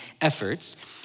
efforts